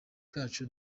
kacu